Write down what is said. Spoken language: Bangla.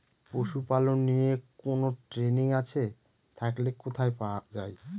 পশুপালন নিয়ে কোন ট্রেনিং আছে থাকলে কোথায় পাওয়া য়ায়?